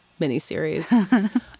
miniseries